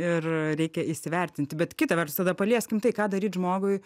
ir reikia įsivertinti bet kita vertus tada palieskim tai ką daryt žmogui